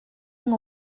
yng